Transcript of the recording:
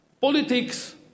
Politics